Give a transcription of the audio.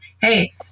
hey